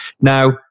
Now